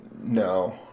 no